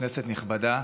כנסת נכבדה,